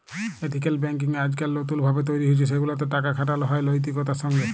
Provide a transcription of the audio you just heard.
ethical banking আইজকাইল লতুল ভাবে তৈরি হছে সেগুলাতে টাকা খাটালো হয় লৈতিকতার সঙ্গে